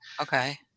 Okay